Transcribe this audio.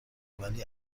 ولی